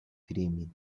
crime